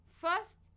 First